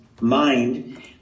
mind